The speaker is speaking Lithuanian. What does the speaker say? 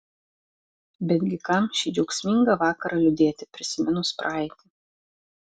betgi kam šį džiaugsmingą vakarą liūdėti prisiminus praeitį